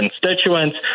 constituents